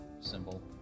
symbol